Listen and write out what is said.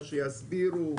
שיסבירו.